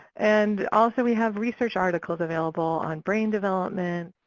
and also, we have research articles available on brain development,